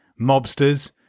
Mobsters